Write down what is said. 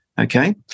Okay